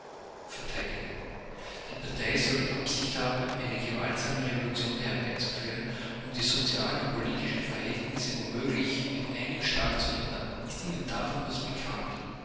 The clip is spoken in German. die partei soll die absicht haben eine gewaltsame revolution herbeizuführen um die sozialen und politischen verhältnisse womöglich mit einem schlage zu ändern ist ihnen davon etwas bekannt